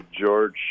George